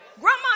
Grandma